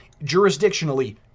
jurisdictionally